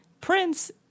Prince